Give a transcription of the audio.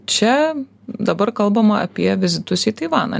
čia dabar kalbama apie vizitus į taivaną